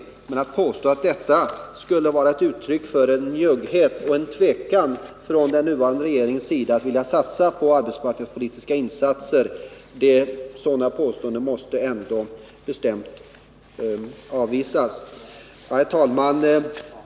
Påståendet att den satsning vi nu föreslår skulle vara ett uttryck för njugghet från den nuvarande regeringens sida och en tvekan att vilja satsa på arbetsmarknadspolitiska insatser måste bestämt avvisas. Herr talman!